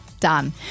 done